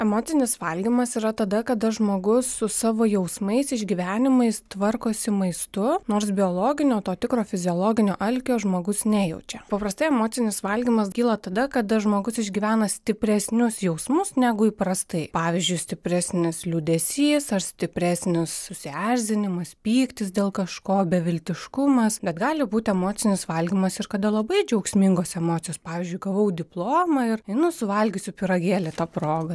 emocinis valgymas yra tada kada žmogus su savo jausmais išgyvenimais tvarkosi maistu nors biologinio to tikro fiziologinio alkio žmogus nejaučia paprastai emocinis valgymas kyla tada kada žmogus išgyvena stipresnius jausmus negu įprastai pavyzdžiui stipresnis liūdesys ar stipresnis susierzinimas pyktis dėl kažko beviltiškumas bet gali būti emocinis valgymas ir kada labai džiaugsmingos emocijos pavyzdžiui gavau diplomą ir einu suvalgiusiu pyragėlį ta proga